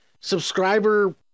subscriber